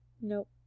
Nope